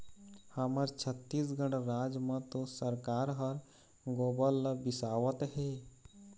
हमर छत्तीसगढ़ राज म तो सरकार ह गोबर ल बिसावत हे